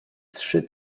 trzy